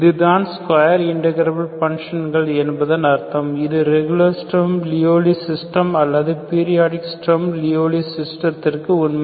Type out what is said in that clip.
இதுதான் square integrable function என்பதன் அர்த்தம் இது ரெகுலர் ஸ்ட்ரம் லியவ்லி சிஸ்டம் அல்லது பீரியாடிக் ஸ்ட்ரம் லியவ்லி சிஸ்டத்திற்கு உண்மை